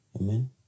Amen